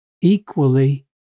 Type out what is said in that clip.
equally